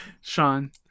Sean